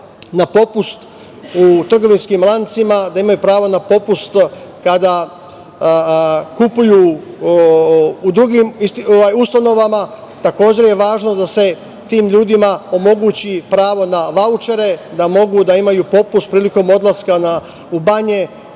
na popust u trgovinskim lancima, da imaju pravo na popust kada kupuju u drugim ustanovama. Takođe je važno da se tim ljudima omogući pravo na vaučere, da mogu da imaju popust prilikom odlaska u banje,